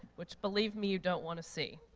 which believe me, you don't want to see.